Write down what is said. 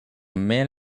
man